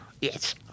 Yes